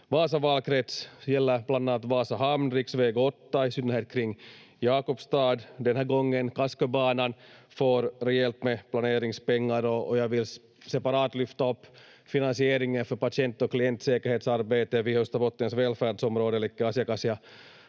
Vasa valkrets. Det gäller bland annat Vasa hamn, riksväg 8 i synnerhet kring Jakobstad den här gången, Kasköbanan får rejält med planeringspengar, och jag vill separat lyfta upp finansieringen för patient- och klientsäkerhetsarbetet vid Österbottens välfärdsområde.